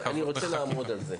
אני עומד על זה,